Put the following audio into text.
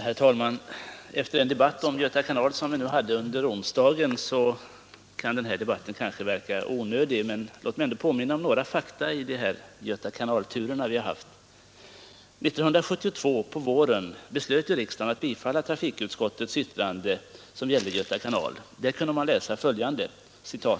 Herr talman! Efter det meningsutbyte om Göta kanal som vi hade under onsdagen kan måhända denna debatt verka onödig. Men låt mig ändå påminna om några fakta i Göta kanal-turerna. Riksdagen beslöt våren 1972 att bifalla trafikutskottets hemställan i betänkandet nr 2, punkten 9, som gällde Göta kanal. I utskottetsbetänkandet hette det då: